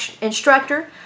instructor